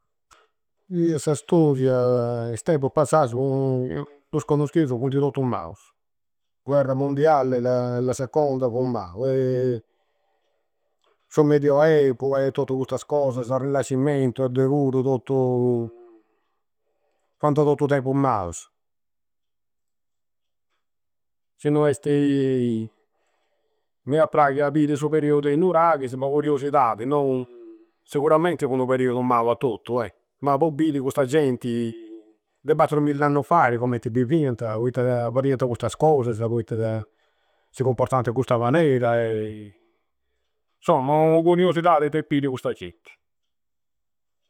Sa storia is tempus passausu dus connoscheusu, funti tottus mausu. Guerra mondialle, da. La seconda fu maba. SU Medioevu e tottu custas cosasa, Rinascimmentu, a de cuddu. Tottu fuanta tottu tempu mausu. Si no esti mi a praghi a biri su periudu e i nuraghisi, po curiosidadi, nou siguramente fudi u periudu mau a tuttu, eh! Ma po biri custa geni de battrumilla annu faidi commenti bivianta, poitta fadianta custas cosasa, poiatta da. Si comportanta in custa manera. Insomma, ua curiosidadi de biri custa genti.